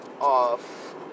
off